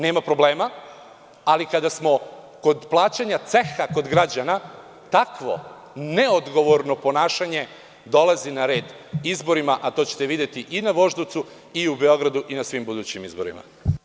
Nema problema, ali kada smo kod plaćanja ceha kod građana, takvo neodgovorno ponašanje dolazi na red izborima, a to ćete videti na Voždovcu, u Beogradu i na svim budućim izborima.